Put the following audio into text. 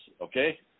okay